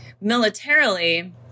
militarily